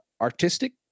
artistic